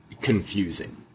confusing